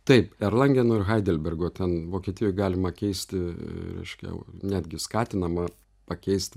taip erlangeno ir heidelbergo ten vokietijoj galima keisti reiškia netgi skatinama pakeisti